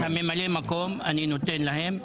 את הממלא מקום אני נותן להם,